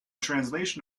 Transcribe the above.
translation